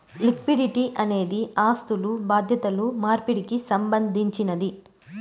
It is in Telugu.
లిక్విడిటీ అనేది ఆస్థులు బాధ్యతలు మార్పిడికి సంబంధించినది